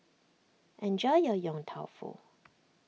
enjoy your Yong Tau Foo